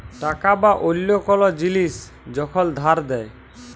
টাকা বা অল্য কল জিলিস যখল ধার দেয়